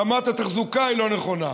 רמת התחזוקה לא נכונה,